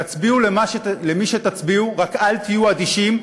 תצביעו למי שתצביעו, רק אל תהיו אדישים.